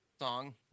song